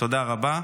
תודה רבה.